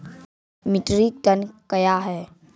Metric tonne कया हैं?